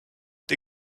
der